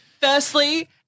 Firstly